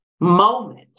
moment